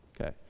Okay